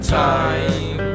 time